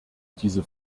diese